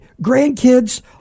Grandkids